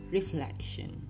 Reflection